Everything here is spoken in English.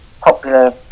popular